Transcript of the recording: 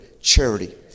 charity